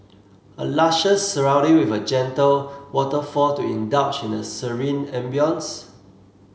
a luscious surrounding with a gentle waterfall to indulge in a serene ambience